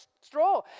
straw